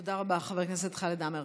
תודה רבה, חבר הכנסת חמד עמאר.